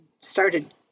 started